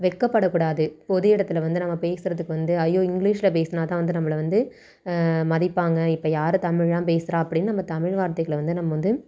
வெட்கப்படக்கூடாது பொது இடத்தில் வந்து நம்ம பேசுறத்துக்கு வந்து ஐய்யோ இங்கிலீஷில் பேசினாதான் வந்து நம்மளை வந்து மதிப்பாங்க இப்போ யார் தமிழெலாம் பேசுகிறா அப்டின்னு நம்ம தமிழ் வார்த்தைகளை வந்து நம்ம வந்து